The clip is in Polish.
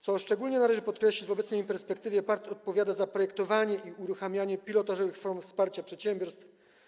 Co szczególnie należy podkreślić, w obecnej perspektywie PARP odpowiada za projektowanie i uruchamianie pilotażowych form wsparcia przedsiębiorstw.